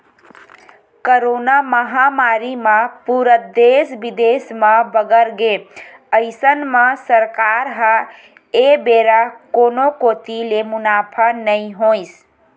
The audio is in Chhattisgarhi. करोना महामारी ह पूरा देस बिदेस म बगर गे अइसन म सरकार ल ए बेरा कोनो कोती ले मुनाफा नइ होइस